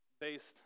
based